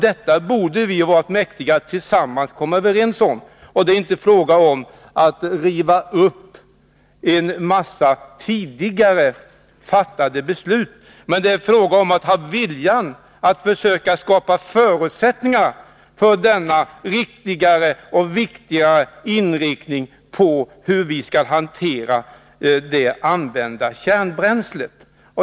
Detta borde vi vara mäktiga att tillsammans komma överens om. Det är inte fråga om att riva upp tidigare fattade beslut, utan det är fråga om att ha viljan att försöka skapa förutsättningar för ett riktigare hanterande av det använda kärnbränslet.